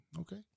okay